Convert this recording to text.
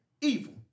evil